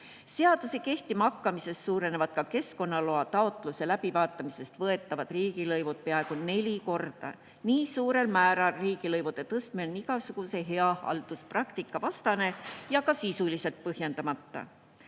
Eelnõu kohaselt suureneksid ka keskkonnaloa taotluse läbivaatamise eest võetavad riigilõivud peaaegu neli korda. Nii suurel määral riigilõivude tõstmine on igasuguse hea halduspraktika vastane ja ka sisuliselt põhjendamata."